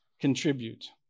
contribute